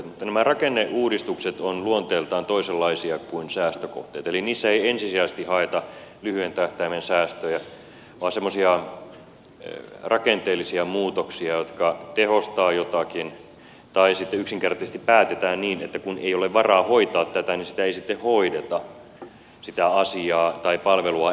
mutta nämä rakenneuudistukset ovat luonteeltaan toisenlaisia kuin säästökohteet eli niissä ei ensisijaisesti haeta lyhyen tähtäimen säästöjä vaan semmoisia rakenteellisia muutoksia jotka tehostavat jotakin tai sitten yksinkertaisesti päätetään niin että kun ei ole varaa hoitaa tätä niin sitä asiaa ei sitten hoideta tai palvelua ei tehdä